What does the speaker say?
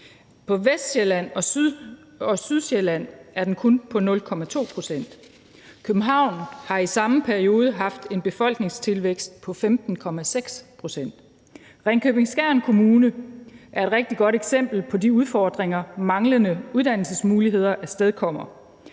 På Vestsjælland og Sydsjælland er den kun på 0,2 pct. København har i samme periode haft en befolkningstilvækst på 15,6 pct. Ringkøbing-Skjern Kommune er et rigtig godt eksempel på de udfordringer, manglende uddannelsesmuligheder afstedkommer.